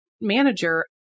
manager